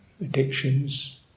Addictions